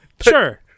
Sure